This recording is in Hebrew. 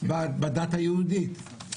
בדת היהודית?